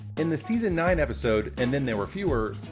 in the season nine episode, and then there were fewer,